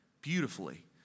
beautifully